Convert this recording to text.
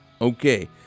Okay